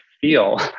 feel